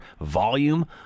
volume